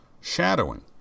Shadowing